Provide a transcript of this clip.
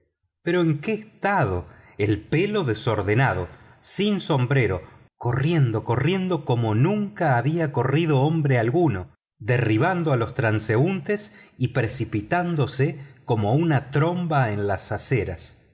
pero en qué estado el pelo desordenado sin sombrero corriendo como nunca había corrido hombre alguno derribando a los transeúntes y precipitándose como una tromba en las aceras